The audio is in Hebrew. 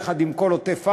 יחד עם כל עוטף-עזה,